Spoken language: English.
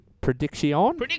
Prediction